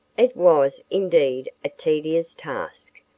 it was, indeed, a tedious task,